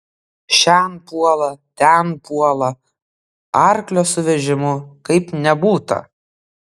šen puola ten puola arklio su vežimu kaip nebūta